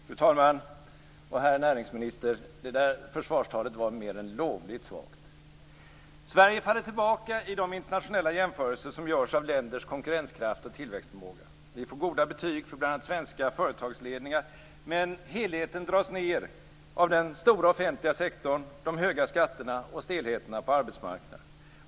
Fru talman! Herr näringsminister! Det där försvarstalet var mer än lovligt svagt. Sverige faller tillbaka i de internationella jämförelser som görs av länders konkurrenskraft och tillväxtförmåga. Vi får goda betyg för bl.a. svenska företagsledningar, men helheten dras ned av den stora offentliga sektorn, de höga skatterna och stelheten på arbetsmarknaden.